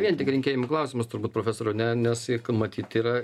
vien tik rinkėjam klausimas turbūt profesoriau ne nes matyt yra